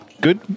good